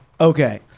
Okay